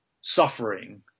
suffering